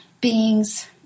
beings